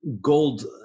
gold